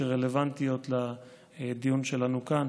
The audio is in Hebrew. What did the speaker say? שרלוונטיות לדיון שלנו כאן.